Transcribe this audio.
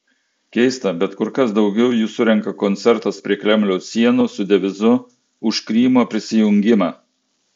keista bet kur kas daugiau jų surenka koncertas prie kremliaus sienų su devizu už krymo prisijungimą